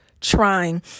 trying